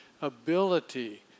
ability